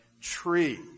tree